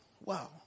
Wow